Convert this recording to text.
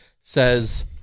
says